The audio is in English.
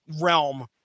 realm